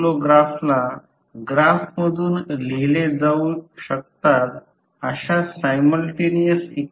याचा अर्थ कधीकधी L N ∅ i असे लिहू शकतो याचा अर्थ Li N ∅